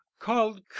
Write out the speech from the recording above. called